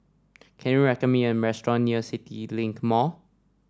can you recommend me a restaurant near CityLink Mall